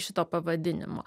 šito pavadinimo